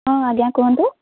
ହଁ ଆଜ୍ଞା କୁହନ୍ତୁ